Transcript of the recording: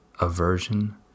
aversion